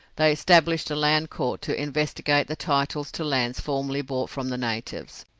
they established a land court to investigate the titles to lands formerly bought from the natives,